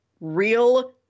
real